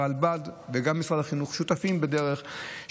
הרלב"ד וגם משרד החינוך שותפים בדרך,